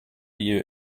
you